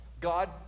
God